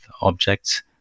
objects